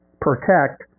protect